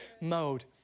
mode